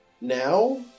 Now